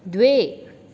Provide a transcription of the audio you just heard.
द्वे